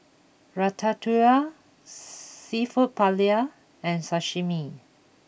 Ratatouille Seafood Paella and Sashimi